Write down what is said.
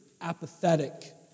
apathetic